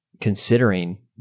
considering